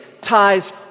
ties